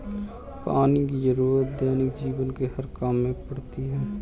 पानी की जरुरत दैनिक जीवन के हर काम में पड़ती है